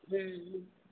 હમ હમ